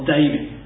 David